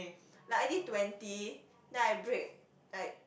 like I did twenty then I break like